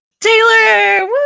Taylor